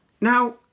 Now